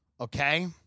okay